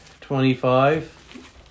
twenty-five